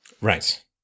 Right